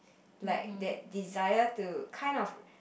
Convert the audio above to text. like that desire to kind of